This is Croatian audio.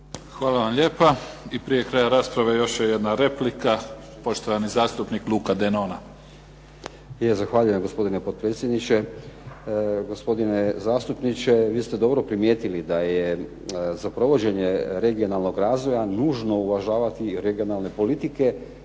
Hvala vam lijepa. I prije kraja rasprave još je jedna replika, poštovani zastupnik Luka Denona.